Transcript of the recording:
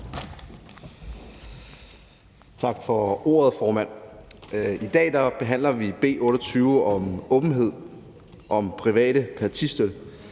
Tak for ordet, formand. I dag behandler vi B 28 om åbenhed om privat partistøtte.